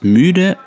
müde